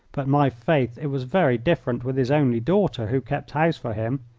but, my faith, it was very different with his only daughter, who kept house for him.